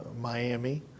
Miami